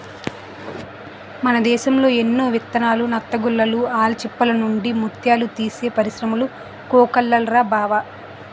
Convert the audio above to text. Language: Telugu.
మన దేశం ఎన్నో విధాల నత్తగుల్లలు, ఆల్చిప్పల నుండి ముత్యాలు తీసే పరిశ్రములు కోకొల్లలురా బావా